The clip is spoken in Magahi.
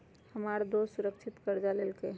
हमर दोस सुरक्षित करजा लेलकै ह